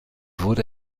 wurde